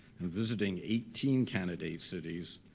and visiting eighteen candidate cities,